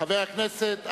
חבר הכנסת,